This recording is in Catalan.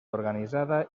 organitzada